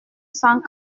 cent